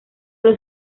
los